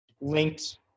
linked